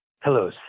Hello